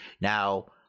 now